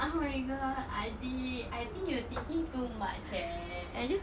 oh my god adik I think you're thinking too much eh